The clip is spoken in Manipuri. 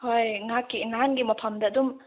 ꯍꯣꯏ ꯅꯍꯥꯟꯒꯤ ꯃꯐꯝꯗ ꯑꯗꯨꯝ